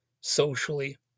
socially